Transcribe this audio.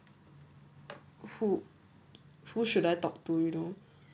who who should I talk to you know